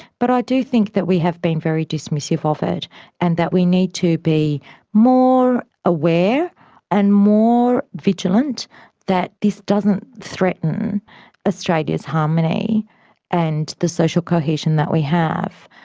but i do think that we have been very dismissive of it and that we need to be more aware and more vigilant that this doesn't threaten australia's harmony and the social cohesion that we have,